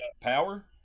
power